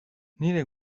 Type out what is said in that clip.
nire